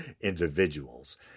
individuals